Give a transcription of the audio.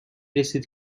رسید